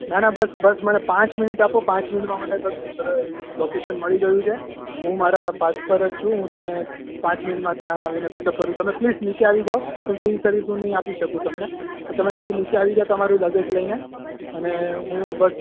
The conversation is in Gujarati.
ના ના બસ બસ મને પાંચ મિનિટ આપો પાંચ મિનિટમાં મને બસ લોકેશન મળી ગયું છે હું મારા પાથ પર જ છું હું તમને પાંચ મિનિટમાં ત્યાં આવીને પિકઅપ કરું તમે પ્લીસ નીચે આવી જાઓ કેમકે એ સર્વિસ હું નહીં આપી શકું તમને તો તમે ખાલી નીચે આવી જાઓ તમારું લગેજ લઈને અને હું બસ